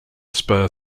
spare